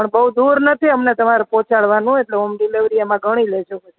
પણ બઉ દૂર નથી અમને પોચડવાનું એટલે હોમ ડિલિવરી એમાં ઘણી લેજો